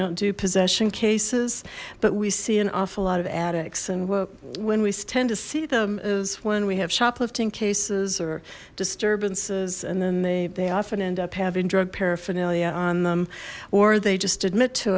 don't do possession cases but we see an awful lot of addicts and what when we tend to see them as when we have shoplifting cases or disturbances and then they often end up having drug paraphernalia them or they just admit to